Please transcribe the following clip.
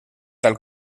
del